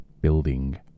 building